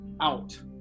out